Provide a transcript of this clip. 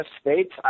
States